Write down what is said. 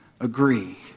agree